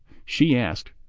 she asked,